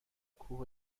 کوه